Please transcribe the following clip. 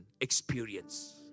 experience